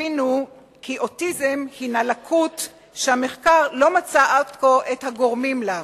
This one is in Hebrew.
שתבינו כי אוטיזם הינו לקות שהמחקר לא מצא עד כה את הגורמים לה.